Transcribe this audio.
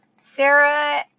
Sarah